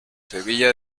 sevilla